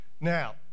Now